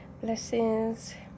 blessings